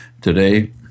today